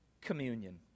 Communion